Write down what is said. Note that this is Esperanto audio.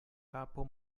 kapo